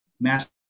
mass